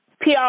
PR